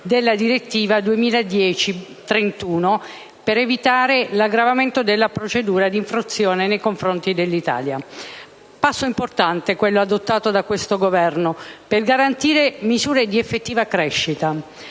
della direttiva 2010/31/UE, per evitare l'aggravamento della procedura di infrazione nei confronti dell'Italia. Un passo importante, quello adottato da questo Governo per garantire misure di effettiva crescita,